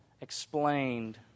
explained